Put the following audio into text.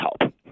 help